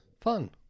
fun